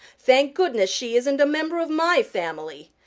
thank goodness, she isn't a member of my family.